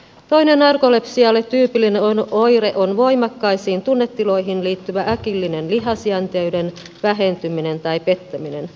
toinen narkolepsialle tyypillinen oire on voimakkaisiin tunnetiloihin liittyvä äkillinen lihasjänteyden vähentyminen tai pettäminen